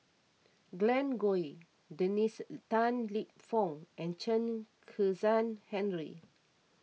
Glen Goei Dennis Tan Lip Fong and Chen Kezhan Henri